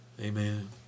Amen